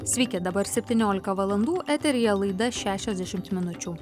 sveiki dabar spetyniolika valandų eteryje laida šešiasdešimt minučių